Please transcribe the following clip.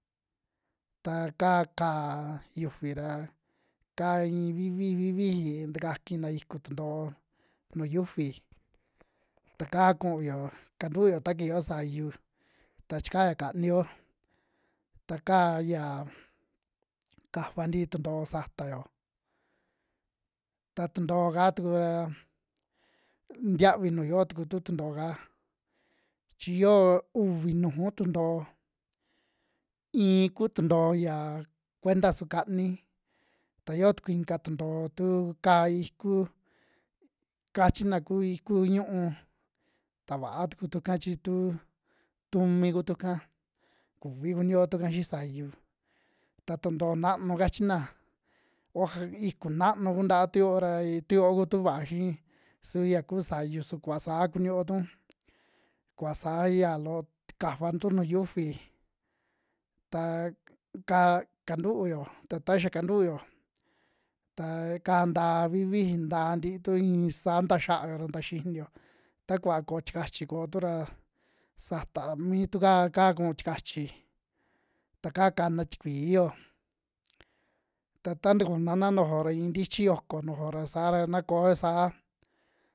Ta kaa ka'a yufi ra ka in vivii, viviji takakina iku tuntoo nuu yiufi ta kaa kuuyo kantuyo ta kiiyo sayu, ta chikaya kaniyo ta ya kaafa ntii tuntoo satayo, ta tuntoo'ka tuku ra ntiavi nu yio tuku tu tuntoo'ka chi yoo uvi nuju tuntoo, iin ku tuntoo ya kuenta su kani ta yoo tuku inka tuntoo tu ka iku, kachina ku iku ñúu ta vaa tuku tu ika chi tu tumi kutu'ka kuvi kuniuotu ika xii sayu, ta tuntoo nanu kachina oja iku naanu ku ntaa tu yo'o ra ii tuyo kutu va'a xi su yakuu sayu, su kuva saa kunioo'tu, kuva saa ya loo tkafatu nuju yiufi ta kaa kantuuyo, ta taya kantuyo ta kaa ntaa viviji nta ntiutu iin saa nta xia'ao ra nta xiniyo ta kuva koo tikachi kootu ra sata mitu kaa kuu tikachi ta kaa kana tikui'o, ta taa tukuna nuju'o ra iin ntichi yoko nujuo ra saa ra na ko'o saa.